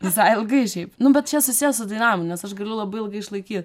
visai ilgai šiaip nu bet čia susiję su dainavimu nes aš galiu labai ilgai išlaikyt